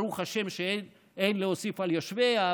ברוך השם שאין להוסיף "על יושביה",